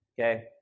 Okay